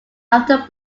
after